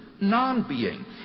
non-being